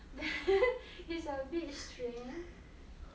ha ha it's a bit strange